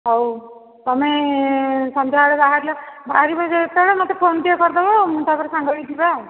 ହେଉ ତୁମେ ସନ୍ଧ୍ୟା ବେଳେ ବାହାରିଲେ ବାହାରିବ ଯେତେବେଳେ ମୋତେ ଫୋନ୍ ଟିକିଏ କରିଦେବ ତା'ପରେ ସାଙ୍ଗ ହୋଇକି ଯିବା ଆଉ